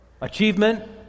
achievement